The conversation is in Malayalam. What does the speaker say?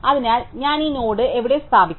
അതിനാൽ ഞാൻ ഈ നോഡ് എവിടെ സ്ഥാപിക്കും